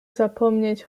zapomnieć